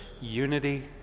unity